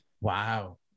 Wow